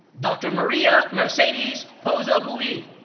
dr. maria mercedes pozo buil.